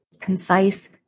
concise